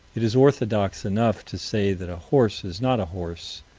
it is orthodox enough to say that a horse is not a horse,